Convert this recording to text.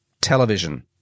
television